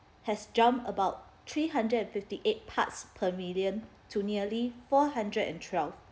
has jumped about three hundred and fifty eight parts per million to nearly four hundred and twelve